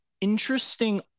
interesting